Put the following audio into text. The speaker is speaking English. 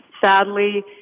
sadly